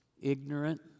ignorant